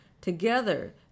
Together